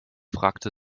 fragte